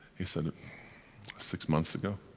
he said, ah six months ago.